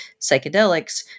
psychedelics